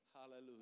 Hallelujah